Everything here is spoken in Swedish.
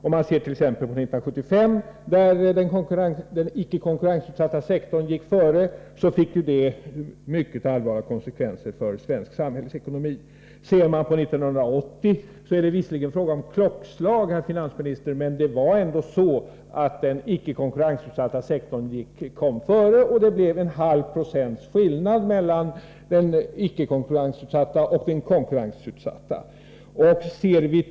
År 1975 gick den icke konkurrensutsatta sektorn före, vilket fick mycket allvarliga konsekvenser för svensk samhällsekonomi. Beträffande år 1980 är det visserligen fråga om klockslag, herr finansminister, men det var ändå den icke konkurrensutsatta sektorn som gick före, och det blev 0,5 96 skillnad mellan den icke konkurrensutsatta och den konkurrensutsatta sektorn.